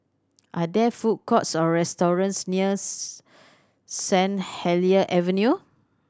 are there food courts or restaurants near Saint Helier Avenue